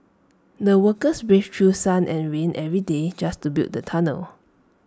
the workers braved through sun and rain every day just to build the tunnel